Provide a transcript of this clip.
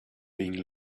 being